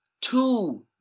two